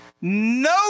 no